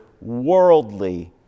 worldly